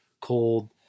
cold